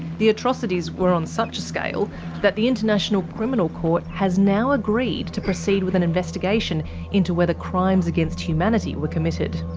the atrocities were on such a scale that the international criminal court has now agreed to proceed with an investigation into whether crimes against humanity were committed.